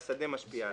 שהשדה משפיע עליו.